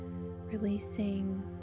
Releasing